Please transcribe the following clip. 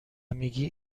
میگی